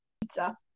Pizza